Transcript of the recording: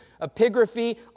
epigraphy